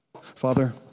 Father